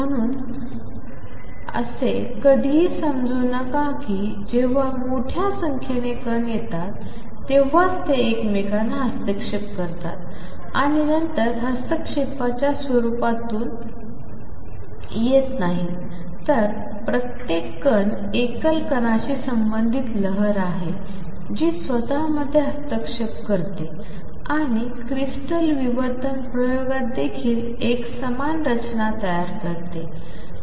म्हणून असे कधीही समजू नका की जेव्हा मोठ्या संख्येने कण येतात तेव्हाच ते एकमेकांना हस्तक्षेप करतात आणि नंतर हस्तक्षेपाच्या स्वरूपात येतात नाही तर प्रत्येक कण एकल कणाशी संबंधित लहर आहे जी स्वतःमध्ये हस्तक्षेप करते आणि क्रिस्टल विवर्तन प्रयोगात देखील एक समान रचना तयार करते